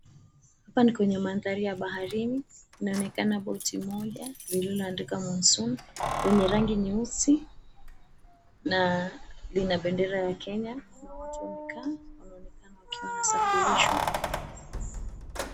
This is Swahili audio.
Ni kwenye mandhari ya baharini inaonekana boti moja lililoandikwa, Monsoon, yenye rangi nyeusi na lina bendera ya Kenya. Kuna watu wamekaa wanaonekana wakiwa wanasafirishwa.